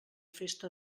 festa